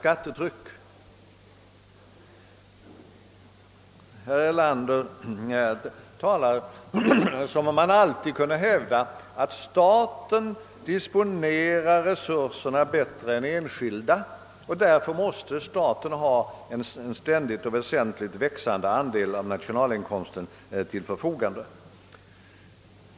Herr Erlander talar som om man alltid kunde hävda, att staten disponerar resurserna bättre än enskilda, varför staten måste ha en väsentligt och — tycks det — ständigt växande andel av nationalinkomsten till sitt förfogande.